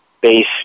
base